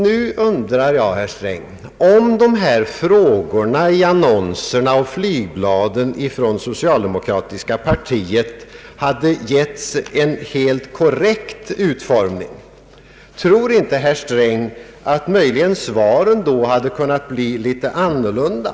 Om frågorna i dessa annonser och flygblad från socialdemokratiska partiet hade getts en helt korrekt utformning, tror inte herr Sträng att svaren då hade blivit litet annorlunda?